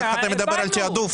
אחר כך אתה מדבר על תעדוף.